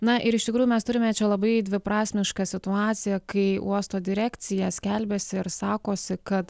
na ir iš tikrųjų mes turime čia labai dviprasmišką situaciją kai uosto direkcija skelbiasi ir sakosi kad